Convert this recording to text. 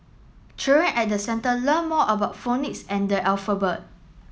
children at the centre learn more than phonics and the alphabet